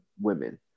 women